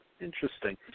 Interesting